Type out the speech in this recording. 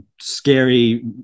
scary